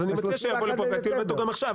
אז אני מציע שהוא יבוא לפה ויטיל וטו גם עכשיו,